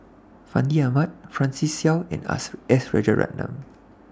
Fandi Ahmad Francis Seow and S Rajaratnam